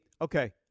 Okay